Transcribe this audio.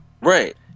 Right